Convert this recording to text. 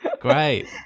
great